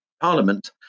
Parliament